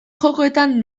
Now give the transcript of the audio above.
jokoetan